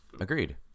agreed